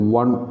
one